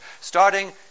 starting